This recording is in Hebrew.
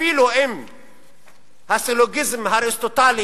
אפילו אם הסילוגיזם האריסטוטלי